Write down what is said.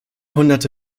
hunderte